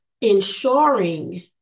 ensuring